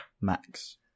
max